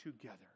together